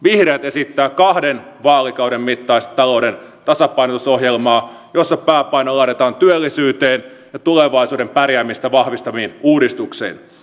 vihreät esittävät kahden vaalikauden mittaista talouden tasapainotusohjelmaa jossa pääpaino laitetaan työllisyyteen ja tulevaisuuden pärjäämistä vahvistaviin uudistuksiin